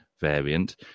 variant